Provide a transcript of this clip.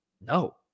no